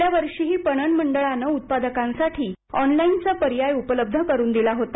गेल्यावर्षीही पणन मंडळानं उत्पादकांसाठी ऑनलाईनचा पर्याय उपलब्ध करुन दिला होता